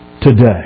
today